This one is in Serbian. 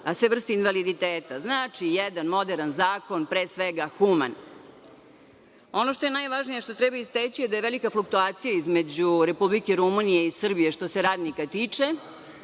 sve vrste invaliditeta. Znači, jedan moderan zakon, pre svega human. Ono što je najvažnije što treba istaći je da je velika fluktuacija između Republike Rumunije i Srbije što se radnika tiče.